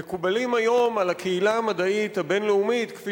מקובלים היום על הקהילה המדעית הבין-לאומית כפי